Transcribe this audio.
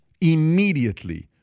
immediately